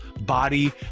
body